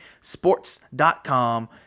sports.com